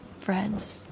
friends